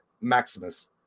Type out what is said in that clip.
Maximus